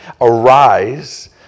Arise